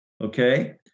Okay